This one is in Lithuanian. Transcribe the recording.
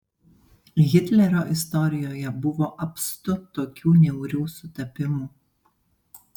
hitlerio istorijoje buvo apstu tokių niaurių sutapimų